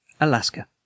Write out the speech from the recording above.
Alaska